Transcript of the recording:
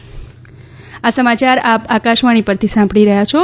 corona appeal આ સમાચાર આપ આકાશવાણી પરથી સાંભળી રહ્યા છો